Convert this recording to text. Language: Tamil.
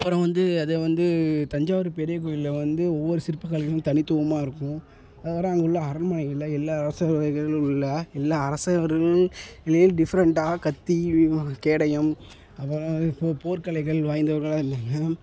அப்புறம் வந்து அதை வந்து தஞ்சாவூர் பெரிய கோயிலில் வந்து ஒவ்வொரு சிற்பக்கலைகளும் தனித்துவமாக இருக்கும் அதுக்கப்புறம் அங்கே உள்ள அரண்மனைகளில் எல்லா அரசவைகளும் உள்ள எல்லா அரசர்கள் லே டிஃப்ரெண்டான கத்தி கேடயம் அப்புறம் அப்புறம் போ போர்க் கலைகள் வாய்ந்தவர்களாக இருந்தாங்க